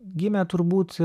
gimė turbūt